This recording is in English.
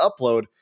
upload